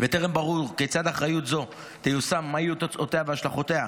וטרם ברור כיצד אחריות זו תיושם ומה יהיו תוצאותיה והשלכותיה,